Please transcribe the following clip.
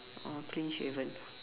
oh clean shaven